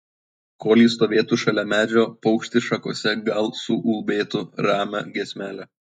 kol ji stovėtų šalia medžio paukštis šakose gal suulbėtų ramią giesmelę